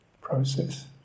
process